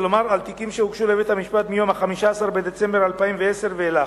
כלומר על תיקים שהוגשו לבית-המשפט מיום 15 בדצמבר 2010 ואילך.